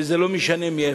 וזה לא משנה מאיפה.